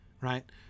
Right